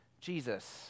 Jesus